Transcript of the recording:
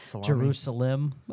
Jerusalem